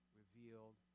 revealed